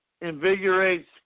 invigorates